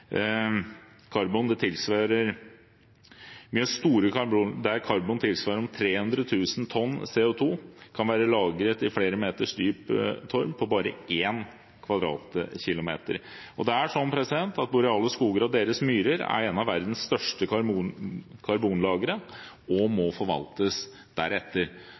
karbon. Flere tall har vært nevnt tidligere i saken. Karbon tilsvarende 300 000 tonn CO2 kan være lagret i flere meter dyp torv på bare én kvadratkilometer. Boreale skoger og deres myrer er en av verdens største karbonlagre og må forvaltes deretter.